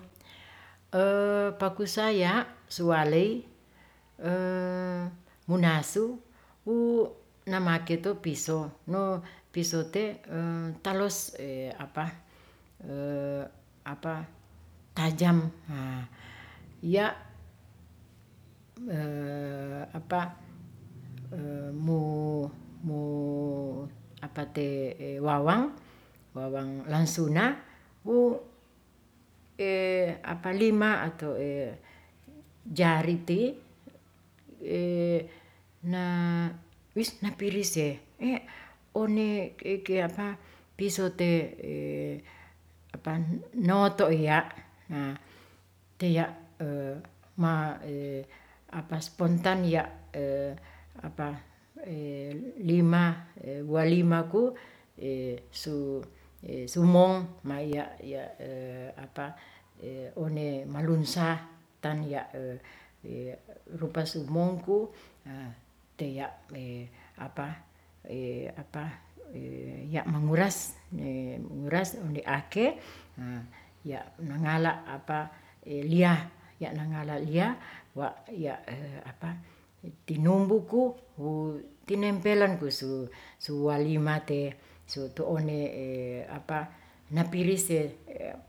pakusaya' suwaley munasu wu namake to piso no piso te talos tajam ya' mu wawang langsuna wo lima ato jari te na wis napirise, one piso te notok ya' te ya' spontan ya' walimaku sumong maiya iya' one malungsatan rupa sumongku ya mangruas ne onde ake ya mangala lia wa iyatinumbuku tinempelen ku suwalima te su tu one napirise.